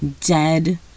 dead